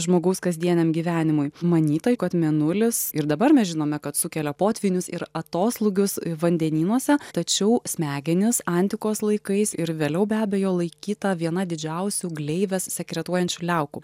žmogaus kasdieniam gyvenimui manyta kad mėnulis ir dabar mes žinome kad sukelia potvynius ir atoslūgius vandenynuose tačiau smegenys antikos laikais ir vėliau be abejo laikyta viena didžiausių gleives sekretuojančių liaukų